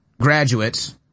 graduates